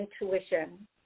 intuition